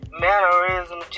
mannerism